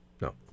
no